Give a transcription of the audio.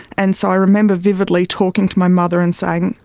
and so i remember vividly talking to my mother and saying,